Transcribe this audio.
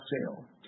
sale